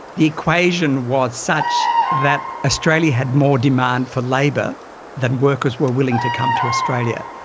the equation was such that australia had more demand for labour than workers were willing to come to australia.